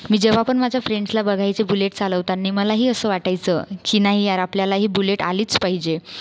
मी जेव्हा पण माझ्या फ्रेंडसला बघायचे बुलेट चालवताना मलाही असं वाटायचं की नाही यार आपल्यालाही बुलेट आलीच पाहिजे